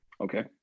okay